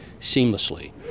seamlessly